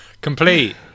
complete